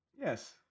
Yes